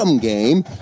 game